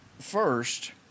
first